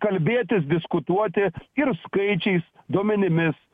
kalbėtis diskutuoti ir skaičiais duomenimis